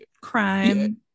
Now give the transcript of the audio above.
crime